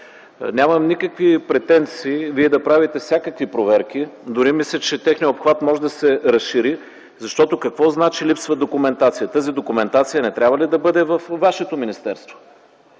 Нямам никакви претенции Вие да правите всякакви проверки, дори мисля, че техният обхват може да се разшири, защото какво означава липса на документация?! Тази документация не трябва ли да бъде във вашето министерство?